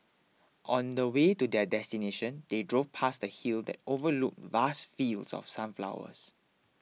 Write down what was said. on the way to their destination they drove past a hill that overlooked vast fields of sunflowers